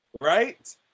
right